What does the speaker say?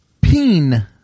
Peen